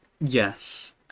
yes